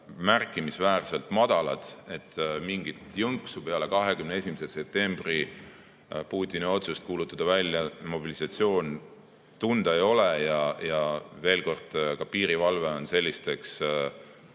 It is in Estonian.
märkimisväärselt madalad ja mingit jõnksu peale 21. septembri Putini otsust kuulutada välja mobilisatsioon tunda ei ole. Ja veel kord: ka piirivalve on selliseks